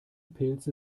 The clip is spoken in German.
pilze